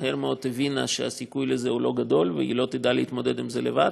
מהר מאוד היא הבינה שהסיכוי לזה לא גדול והיא לא תדע להתמודד עם זה לבד.